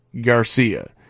Garcia